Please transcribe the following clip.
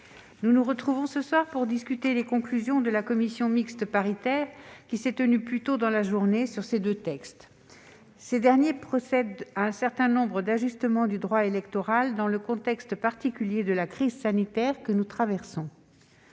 nous nous retrouvons ce soir pour discuter des conclusions de la commission mixte paritaire qui s'est tenue plus tôt dans la journée sur ces deux textes. Ces derniers procèdent à un certain nombre d'ajustements du droit électoral, dans le contexte particulier de la crise sanitaire que nous traversons.